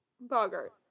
Bogart